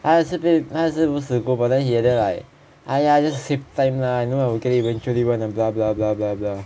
他现不他现在不是 but then he at there like !aiya! just save time lah I know I will get it eventually [one] lah blah blah blah blah blah